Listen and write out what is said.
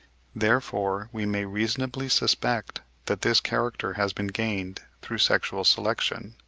therefore we may reasonably suspect that this character has been gained through sexual selection.